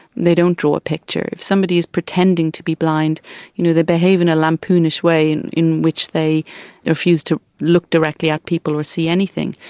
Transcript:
they don't draw a picture, if somebody is pretending to be blind you know they behave in a lampoon-ish way in in which they refuse to look directly at people or see anything.